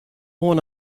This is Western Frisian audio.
oan